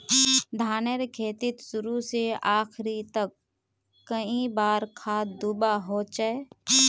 धानेर खेतीत शुरू से आखरी तक कई बार खाद दुबा होचए?